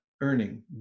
earning